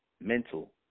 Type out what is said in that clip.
mental